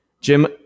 Jim